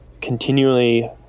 continually